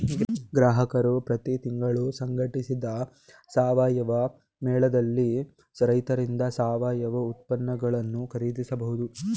ಗ್ರಾಹಕರು ಪ್ರತಿ ತಿಂಗಳು ಸಂಘಟಿಸಿದ ಸಾವಯವ ಮೇಳದಲ್ಲಿ ರೈತರಿಂದ ಸಾವಯವ ಉತ್ಪನ್ನಗಳನ್ನು ಖರೀದಿಸಬಹುದು